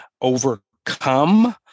overcome